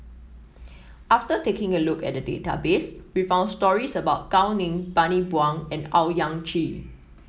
after taking a look at the database we found stories about Gao Ning Bani Buang and Owyang Chi